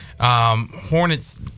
hornets